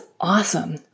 awesome